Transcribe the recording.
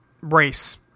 race